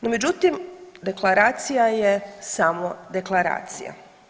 No međutim, deklaracija je samo deklaracija.